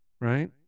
right